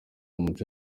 umuco